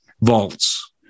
vaults